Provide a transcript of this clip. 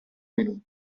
menù